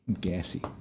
Gassy